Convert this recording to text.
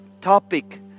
topic